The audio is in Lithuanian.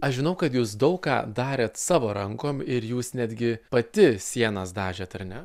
aš žinau kad jūs daug ką darėt savo rankom ir jūs netgi pati sienas dažėt ar ne